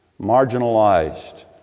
marginalized